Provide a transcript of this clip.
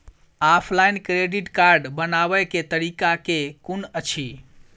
Offline credit card बनाबै केँ तरीका केँ कुन अछि?